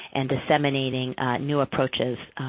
and disseminating new approaches,